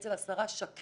אצל השרה שקד,